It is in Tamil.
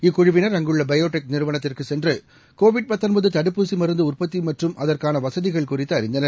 இக்குழுவினர் அங்குள்ள பயோடெக் நிறுவனத்திற்கு சென்று கோவிட் தடுப்பூசி மருந்து உற்பத்தி மற்றும் அதற்கான வசதிகள் குறித்து அறிந்தனர்